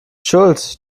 schuld